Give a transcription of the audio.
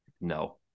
No